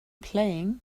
playing